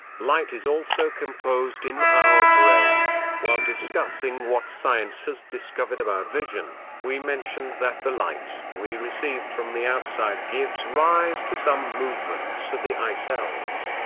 light is also composed in our brain while discussing what science has discovered about vision, we mentioned that the light we receive from the outside gives rise to some movements of the eye cells,